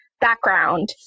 background